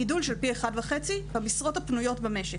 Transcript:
גידול של פי 1.5 במשרות הפנויות במשק.